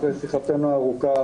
אחרי שיחתנו הארוכה,